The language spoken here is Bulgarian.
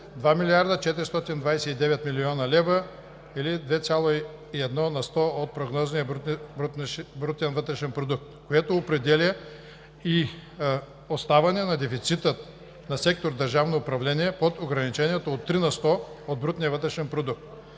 2 млрд. 429 млн. лв. или 2,1 на сто от прогнозния брутен вътрешен продукт, което определя и оставане на дефицитът на сектор „Държавно управление“ под ограничението от 3 на сто от брутния вътрешен продукт.